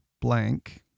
blank